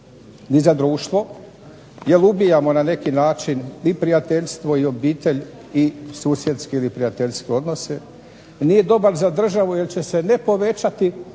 ni za društvo jer ubijamo na neki način i prijateljstvo i obitelj i susjedske ili prijateljske odnose. Nije dobar za državu jer će se ne povećati